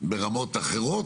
ברמות אחרות,